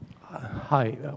Hi